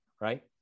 right